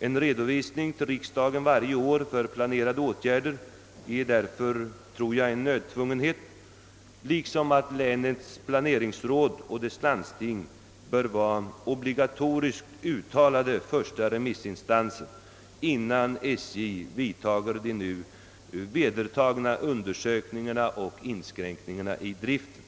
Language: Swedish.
En redovisning till riksdagen varje år för planerade åtgärder är därför enligt min mening en nödvändig åtgärd, liksom att länets planeringsråd och dess landsting obligatoriskt bör vara första remissinstanser, innan SJ vidtar de nu vedertagna undersökningarna om inskränkningar i driften.